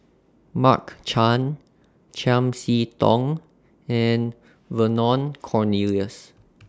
Mark Chan Chiam See Tong and Vernon Cornelius